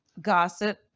gossip